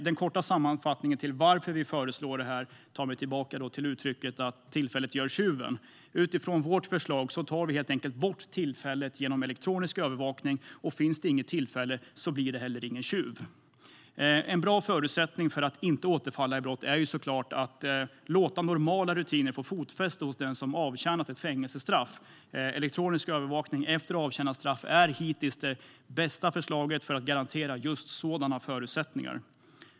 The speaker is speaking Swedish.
Den korta sammanfattningen av varför vi föreslår det här tar mig tillbaka till uttrycket "tillfället gör tjuven". Genom vårt förslag tar vi helt enkelt bort tillfället genom elektronisk övervakning. Finns det inget tillfälle blir det heller ingen tjuv. En bra förutsättning för att inte återfalla i brott är såklart att låta normala rutiner få fotfäste hos den som avtjänat ett fängelsestraff. Elektronisk övervakning efter avtjänat straff är hittills det bästa förslaget för att garantera just sådana förutsättningar.